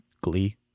Glee